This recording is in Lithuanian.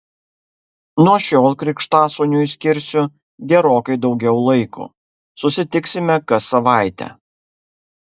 nuo šiol krikštasūniui skirsiu gerokai daugiau laiko susitiksime kas savaitę